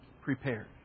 prepared